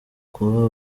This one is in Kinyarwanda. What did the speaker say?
kuba